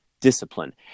discipline